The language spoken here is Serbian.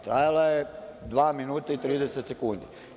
Trajala je dva minuta i 30 sekundi.